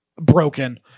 broken